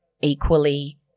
equally